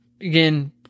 Again